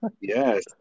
Yes